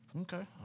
Okay